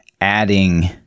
adding